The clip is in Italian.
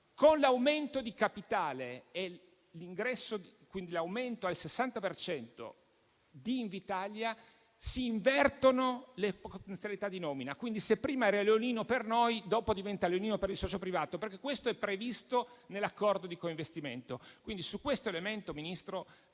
Con l'aumento del capitale di Invitalia al 60 per cento si invertono le potenzialità di nomina, quindi se prima era leonino per noi, dopo diventa leonino per il socio privato, perché questo è previsto nell'accordo di coinvestimento. Su questo elemento il Ministro